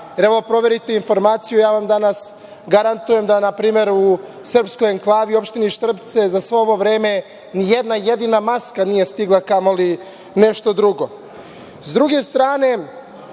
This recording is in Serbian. Evo, proverite informaciju, ja vam danas garantujem da npr. u srpskoj enklavi u opštini Štrpce za svo ovo vreme ni jedna jedina maska nije stigla, a kamoli nešto drugo.S